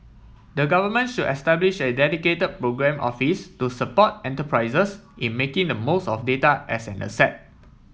the government should establish a dedicated programme office to support enterprises in making the most of data as an asset